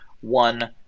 one